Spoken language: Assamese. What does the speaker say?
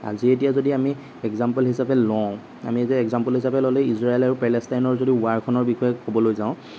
আজি যেতিয়া আমি এক্সামপল হিচাপে লওঁ আমি যে এক্সামপল হিচাপে ল'লে ইজৰাইল আৰু পেলেষ্টাইনৰ যদি ৱাৰখনৰ বিষয়ে ক'বলৈ যাওঁ